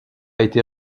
été